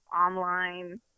online